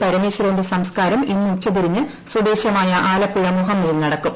പരമേശ്വരന്റെ സംസ്ക്കാരം ഇന്ന് ഉച്ചതിരിഞ്ഞ് സ്വദേശമായ ആലപ്പുഴ മുഹമ്മയിൽ നടക്കും